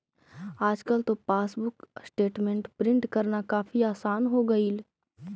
आजकल तो passbook statement print करना काफी आसान हो गईल